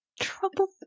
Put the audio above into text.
trouble